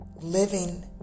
living